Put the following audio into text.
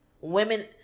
women